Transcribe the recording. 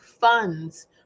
funds